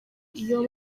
iyo